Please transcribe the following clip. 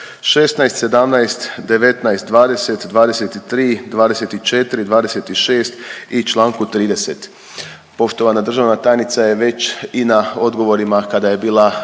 16., 17., 19., 20., 23., 24., 26. i čl. 30.. Poštovana državna tajnica je već i na odgovorima kada je bila